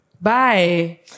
Bye